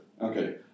Okay